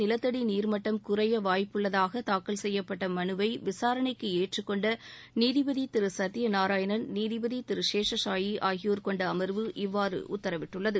நிலத்தடி நீர்மட்டம் குறைய வாய்ப்புள்ளதாக தாக்கல் செய்யப்பட்ட மனுவை விசாரணைக்கு ஏற்றுக் கொண்ட நீதிபதி சத்தியநாராயணன் நீதிபதி சேஷசாயி ஆகியோர் கொண்ட அமர்வு இவ்வாறு உத்தரவிட்டுள்ளது